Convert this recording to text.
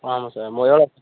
ஆமாம் சார்